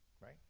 Right